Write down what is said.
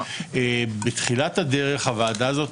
בתחילת הדרך הוועדה הזאת